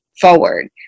forward